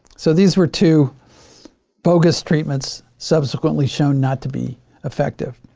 so these were two bogus treatments, subsequently shown not to be effective.